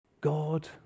God